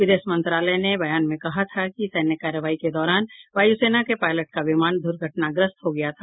विदेश मंत्रालय ने बयान में कहा था कि सैन्य कार्रवाई के दौरान वायुसेना के पायलट का विमान दुर्घटनाग्रस्त हो गया था